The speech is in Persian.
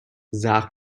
زخم